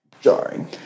jarring